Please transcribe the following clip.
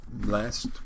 last